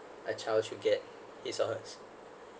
a child should get his or hers